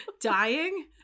Dying